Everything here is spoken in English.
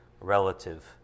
relative